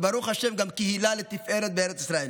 וברוך השם, גם קהילה לתפארת בארץ ישראל.